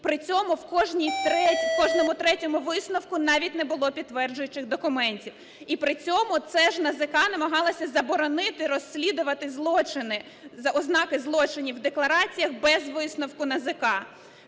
при цьому в кожному третьому висновку навіть не було підтверджуючих документів. І при цьому це ж НАЗК намагалося заборонити розслідувати злочини, ознаки злочинів в деклараціях без висновку НАЗК.